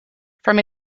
from